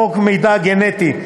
35. חוק מידע גנטי,